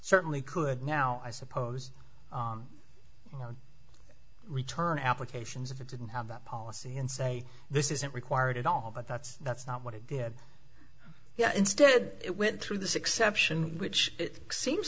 certainly could now i suppose you know return applications if it didn't have that policy and say this isn't required at all but that's that's not what it did yeah instead it went through this exception which it seems